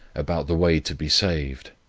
about the way to be saved.